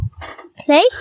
play